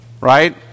right